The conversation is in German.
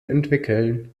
entwickeln